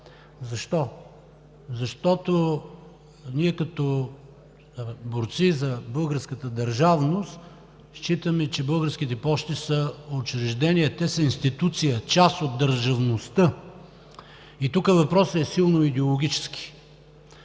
Защо? Защото ние като борци за българската държавност считаме, че „Български пощи“ са учреждение, те са институция, част от държавността и тук въпросът е силно идеологически.